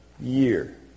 year